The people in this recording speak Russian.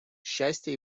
счастья